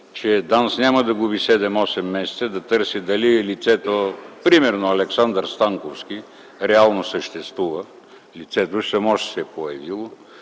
че ДАНС няма да губи 7-8 месеца, за да търси дали лицето, примерно Александър Станковски, реално съществува, а лицето само ще се е появило